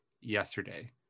yesterday